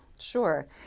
Sure